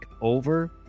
over